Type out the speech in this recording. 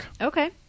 Okay